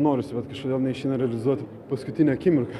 norisi bet kažkodėl neišeina realizuoti paskutinę akimirką